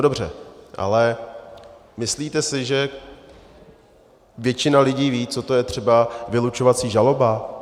Dobře, ale myslíte si, že většina lidí ví, co to je třeba vylučovací žaloba?